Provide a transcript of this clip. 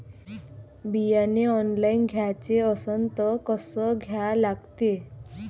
बियाने ऑनलाइन घ्याचे असन त कसं घ्या लागते?